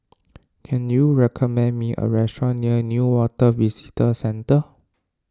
can you recommend me a restaurant near Newater Visitor Centre